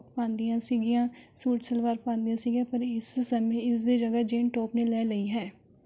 ਪਾਉਂਦੀਆਂ ਸੀਗੀਆਂ ਸੂਟ ਸਲਵਾਰ ਪਾਉਂਦੀਆਂ ਸੀਗੀਆਂ ਪਰ ਇਸ ਸਮੇਂ ਇਸ ਦੀ ਜਗ੍ਹਾ ਜੀਨ ਟੋਪ ਨੇ ਲੈ ਲਈ ਹੈ